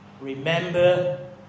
remember